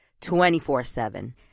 24-7